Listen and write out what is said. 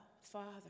Father